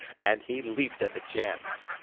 and he leaped at the chance.